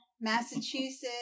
Massachusetts